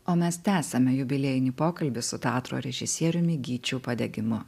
o mes tęsiame jubiliejinį pokalbis su teatro režisieriumi gyčiu padegimu